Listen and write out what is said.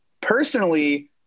personally